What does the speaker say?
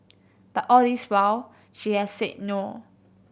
but all this while she has said no